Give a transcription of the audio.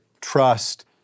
trust